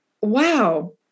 wow